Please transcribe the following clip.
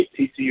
TCU